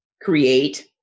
create